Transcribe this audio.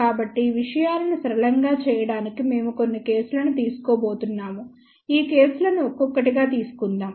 కాబట్టి విషయాలను సరళంగా చేయడానికి మేము కొన్ని కేసులను తీసుకోబోతున్నాము ఈ కేసులను ఒక్కొక్కటిగా తీసుకుందాం